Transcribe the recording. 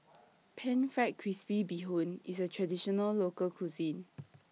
Pan Fried Crispy Bee Hoon IS A Traditional Local Cuisine